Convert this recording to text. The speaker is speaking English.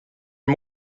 are